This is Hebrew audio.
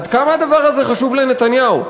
עד כמה הדבר הזה חשוב לנתניהו,